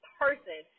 person